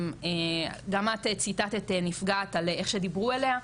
גם את ציטטת נפגעת על איך שדיברו אליה,